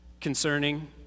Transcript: concerning